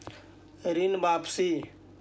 ऋण वापसी?